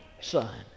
son